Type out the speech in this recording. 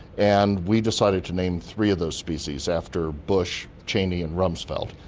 and we decided to name three of those species after bush, cheney and rumsfeld.